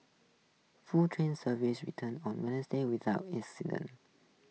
full train service return on Wednesday without incident